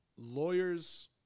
Lawyers